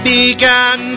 began